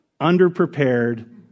underprepared